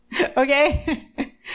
Okay